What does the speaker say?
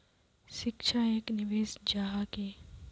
शिक्षा एक निवेश जाहा की?